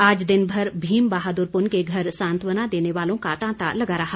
आज दिन भर भीम बहादुर पुन के घर सांत्वना देने वालों का तांता लगा रहा